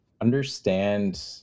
understand